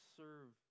serve